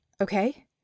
okay